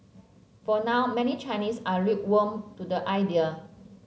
for now many Chinese are lukewarm to the idea